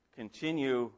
continue